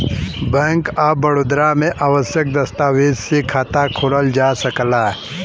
bank of Baroda में आवश्यक दस्तावेज से खाता खोलल जा सकला